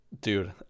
Dude